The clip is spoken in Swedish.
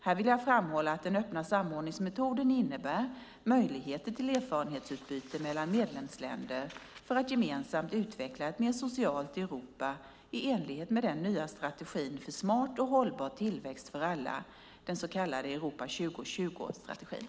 Här vill jag framhålla att den öppna samordningsmetoden innebär möjligheter till erfarenhetsutbyte mellan medlemsländer för att gemensamt utveckla ett mer socialt Europa i enlighet med den nya strategin för smart och hållbar tillväxt för alla, den så kallade Europa 2020-strategin.